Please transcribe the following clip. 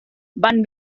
van